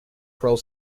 parole